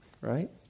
right